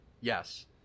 Yes